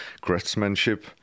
craftsmanship